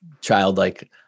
childlike